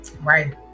right